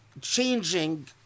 changing